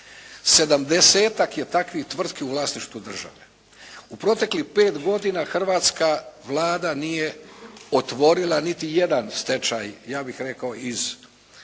je takvih tvrtki u vlasništvu države. U proteklih 5 godina hrvatska Vlada nije otvorila niti jedan stečaj ja bih rekao